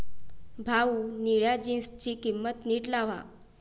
भाऊ, निळ्या जीन्सची किंमत नीट लावा